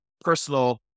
personal